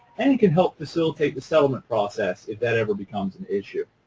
and you can help facilitate the settlement process if that ever becomes an issue.